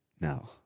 No